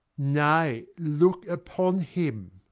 nay, look upon him.